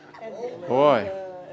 Boy